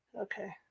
Okay